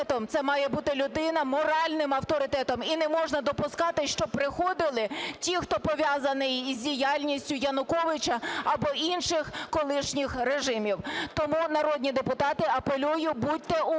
це має бути людина з моральним авторитетом. І не можна допускати, щоб приходили ті, хто пов'язані із діяльністю Януковича або інших колишніх режимів. Тому, народні депутати, апелюю: будьте уважними